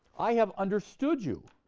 i have understood you,